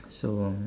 so